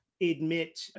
admit